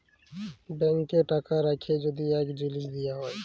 ব্যাংকে টাকা রাখ্যে যদি এই জিলিস দিয়া হ্যয়